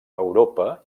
europa